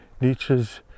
Nietzsche's